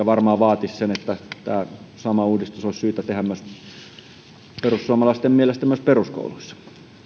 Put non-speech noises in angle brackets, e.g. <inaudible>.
<unintelligible> varmaan vaatisivat tätä tämä sama uudistus olisi syytä tehdä perussuomalaisten mielestä myös peruskouluissa